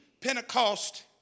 Pentecost